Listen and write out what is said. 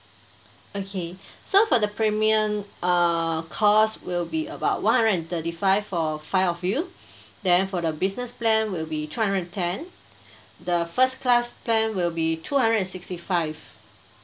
okay so for the premium err cost will be about one hundred and thirty five for five of you then for the business plan will be two hundred and ten the first class plan will be two hundred and sixty five